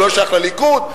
הוא לא שייך לליכוד,